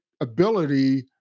ability